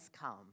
come